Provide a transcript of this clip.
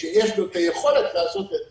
שיש לו את היכולת לעשות את זה.